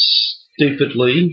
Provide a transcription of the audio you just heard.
stupidly